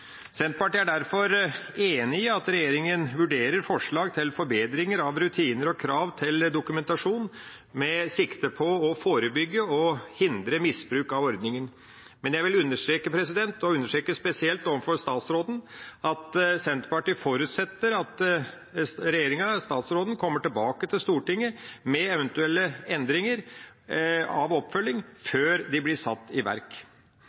Senterpartiet er derfor enig i at regjeringa vurderer forslag til forbedringer av rutiner og krav til dokumentasjon med sikte på å forebygge og hindre misbruk av ordninga. Men jeg vil understreke, og understreke spesielt overfor statsråden, at Senterpartiet forutsetter at regjeringa, statsråden, kommer tilbake til Stortinget med eventuelle endringer av oppfølging før de blir satt i verk.